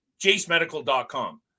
JaceMedical.com